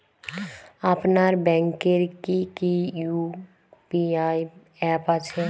আপনার ব্যাংকের কি কি ইউ.পি.আই অ্যাপ আছে?